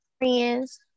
friends